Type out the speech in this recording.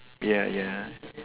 ya ya